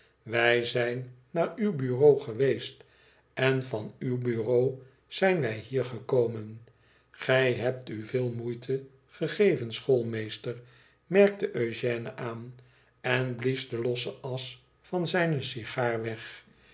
wij zijn naar uw bureau geweest en van uw bureau rijn wij hier gekomen gij hebt u veel moeite gegeven schoolmeester merkte eugène aan en blies de losse asch van zijne sigaar weg